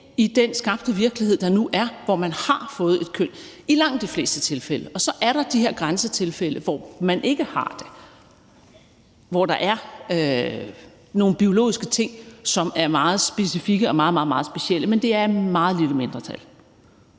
i den skabte virkelighed, der nu er, hvor man i langt de fleste tilfælde har fået et køn – og så er der de her grænsetilfælde, hvor man ikke har det, hvor der er nogle biologiske ting, som er meget specifikke og meget, meget specielle, men det er et meget lille mindretal.